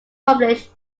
published